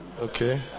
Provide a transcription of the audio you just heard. Okay